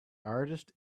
artist